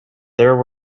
there